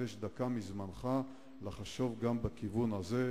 הקדש דקה מזמנך לחשוב גם בכיוון הזה."